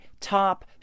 top